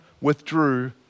withdrew